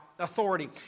authority